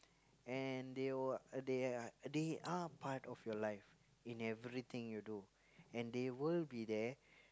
and they w~ they are they are part of your life in everything you do and they will be there